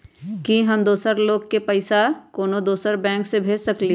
कि हम दोसर लोग के पइसा कोनो दोसर बैंक से भेज सकली ह?